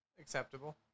acceptable